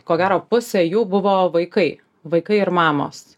ko gero pusė jų buvo vaikai vaikai ir mamos